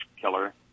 killer